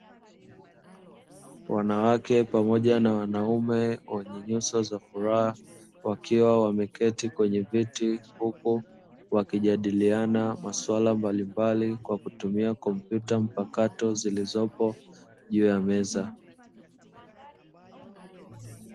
Wanawake pamoja na wanaume wenye nyuso za furaha, wakiwa wameketi kwenye viti, huku wakijadiliana mambo mbalimbali kwa kutumia kompyuta mpakato zilizopo juu ya meza.